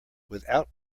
without